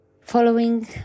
following